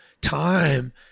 time